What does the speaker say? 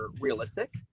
realistic